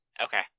Okay